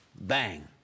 bang